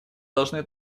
должны